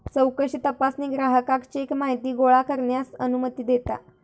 चौकशी तपासणी ग्राहकाक चेक माहिती गोळा करण्यास अनुमती देता